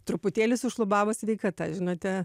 truputėlį sušlubavo sveikata žinote